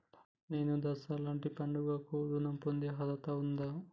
నేను దసరా లాంటి పండుగ కు ఋణం పొందే అర్హత ఉందా?